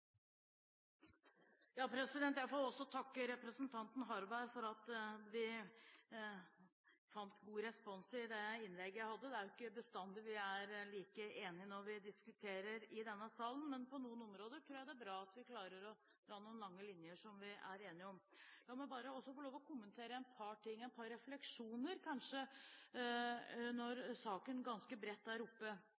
Jeg får takke representanten Harberg for den gode responsen på innlegget jeg holdt. Det er jo ikke bestandig vi er like enige når vi diskuterer i denne salen, men på noen områder tror jeg det er bra at vi klarer å dra noen lange linjer som vi er enige om. La meg bare få kommentere et par ting, komme med et par refleksjoner, kanskje, når